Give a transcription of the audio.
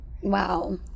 Wow